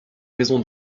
maison